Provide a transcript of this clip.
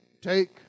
take